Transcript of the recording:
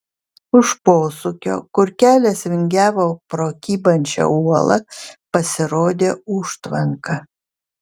už posūkio kur kelias vingiavo pro kybančią uolą pasirodė užtvanka